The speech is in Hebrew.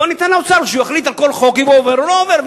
בואו ניתן לאוצר להחליט על כל חוק אם הוא עובר או לא עובר,